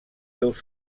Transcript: seus